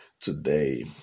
today